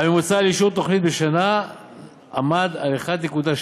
לאישור תוכנית בשנה זו היה 1.2,